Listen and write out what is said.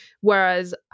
whereas